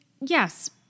yes